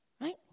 Right